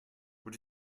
were